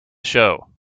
show